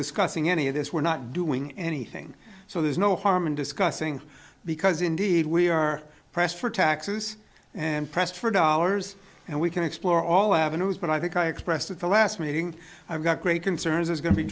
discussing any of this we're not doing anything so there's no harm in discussing because indeed we are pressed for taxes and pressed for dollars and we can explore all avenues but i think i expressed at the last meeting i've got great concerns is going to be